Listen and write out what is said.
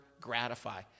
gratify